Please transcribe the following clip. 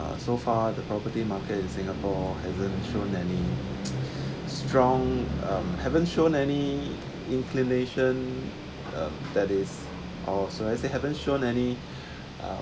so far the property market in singapore hasn't shown any strong um haven't shown any inclination um that is or so as say haven't shown any uh